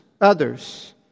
others